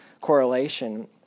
correlation